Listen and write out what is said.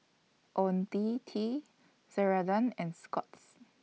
Ionil T Ceradan and Scott's